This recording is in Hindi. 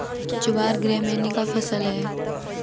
ज्वार ग्रैमीनी का फसल है